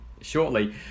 shortly